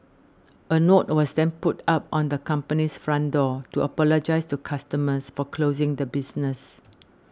a note was then put up on the company's front door to apologise to customers for closing the business